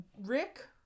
Rick